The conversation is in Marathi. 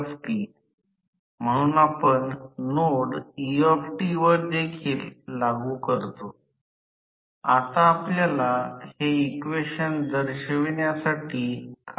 ns n रोटर च्या बाबतीत किंवा एनटीएस स्टेटर च्या संदर्भात